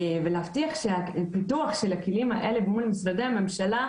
ולהבטיח שהפיתוח של הכלים האלה מול משרדי הממשלה,